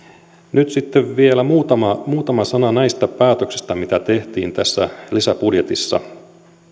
nyt sitten vielä muutama muutama sana näistä päätöksistä joita tehtiin tässä lisäbudjetissa